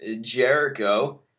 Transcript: Jericho